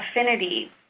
affinity –